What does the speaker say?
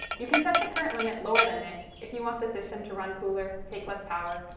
you can set the current limit lower than this if you want the system to run cooler, take less power,